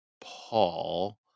Paul